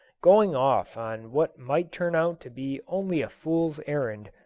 going off on what might turn out to be only a fool's errand,